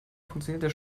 funktioniert